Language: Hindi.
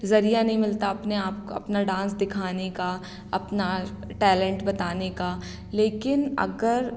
ज़रिया नहीं मिलता अपने आप अपना डांस दिखाने का अपना टैलेंट बताने का लेकिन अगर